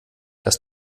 das